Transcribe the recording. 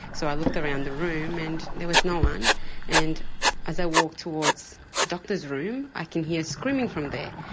so i looked around the room and there was no one and as i walked towards the doctor's room i could hear screaming from there.